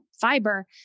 fiber